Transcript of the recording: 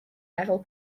neville